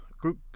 group